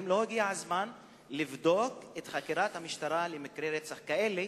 האם לא הגיע הזמן לבדוק את חקירת המשטרה במקרי רצח כאלה